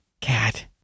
cat